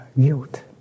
guilt